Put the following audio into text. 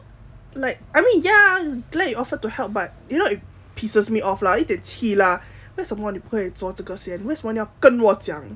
like I mean ya glad you offered to help but you know pisses me off lah 有一点气 lah 为什么你不可以做这个先为什么你要跟我讲